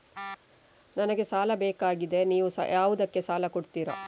ನನಗೆ ಸಾಲ ಬೇಕಾಗಿದೆ, ನೀವು ಯಾವುದಕ್ಕೆ ಸಾಲ ಕೊಡ್ತೀರಿ?